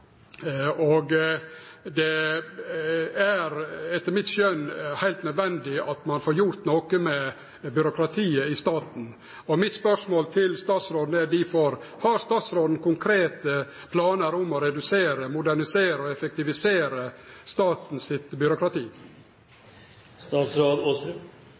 Det er etter mitt skjøn heilt nødvendig at ein får gjort noko med byråkratiet i staten. Mitt spørsmål til statsråden er difor: Har statsråden konkrete planar om å redusere, modernisere og effektivisere staten sitt byråkrati?